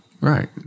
Right